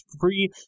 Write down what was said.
free